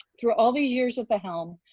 through all the years at the helm,